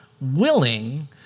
willing